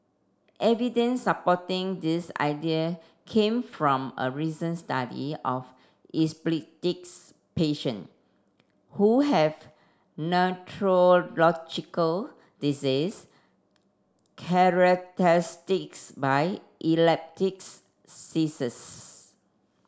evidence supporting this idea came from a recent study of epileptics patient who have neurological diseases characteristics by epileptic seizures